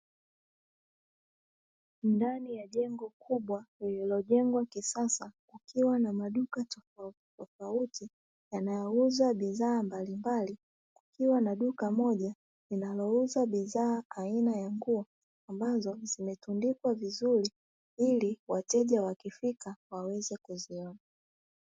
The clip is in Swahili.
Ndani ya jengo kubwa lililojengwa kisasa, likiwa na maduka tofautitofauti yanayo uza bidhaa mbalimbali, likiwa na duka moja linalouza bidhaa aina ya nguo ambazo zimetundikwa vizuri ili wateja wakifika waweze kuziona.